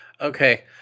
okay